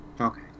Okay